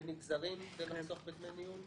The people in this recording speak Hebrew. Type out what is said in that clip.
בנגזרים כדי לחסוך בדמי ניהול.